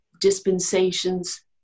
dispensations